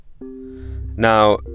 Now